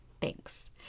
Thanks